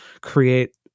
create